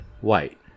white